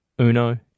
Uno